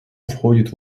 входит